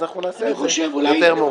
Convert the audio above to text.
אז אנחנו נעשה את זה יותר מאוחר,